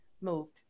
moved